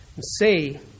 say